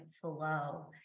flow